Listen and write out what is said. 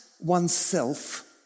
oneself